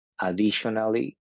Additionally